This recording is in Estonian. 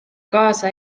kaasa